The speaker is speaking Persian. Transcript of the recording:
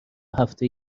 هفته